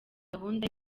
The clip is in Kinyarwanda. gahunda